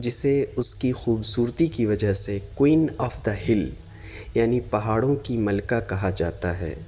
جسے اس کی خوبصورتی کی وجہ سے کوئین آف دی ہل یعنی پہاڑوں کی ملکہ کہا جاتا ہے